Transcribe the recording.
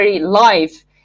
life